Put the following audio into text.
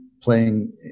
playing